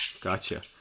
Gotcha